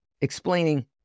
explaining